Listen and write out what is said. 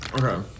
Okay